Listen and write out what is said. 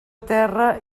terra